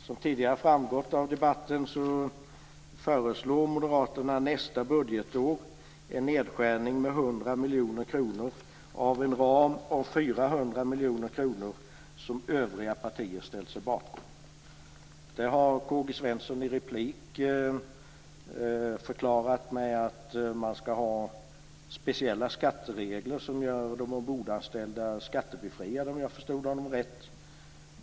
Som tidigare har framgått av debatten föreslår miljoner kronor av en ram om 400 miljoner kronor som övriga partier har ställt sig bakom. K-G Svenson har i en replik förklarat för mig att man skall ha speciella skatteregler som gör de ombordanställda skattebefriade, om jag förstod honom rätt.